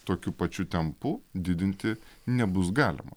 tokiu pačiu tempu didinti nebus galima